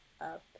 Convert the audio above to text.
up